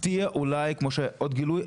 אפתיע בגילוי נוסף,